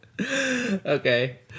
Okay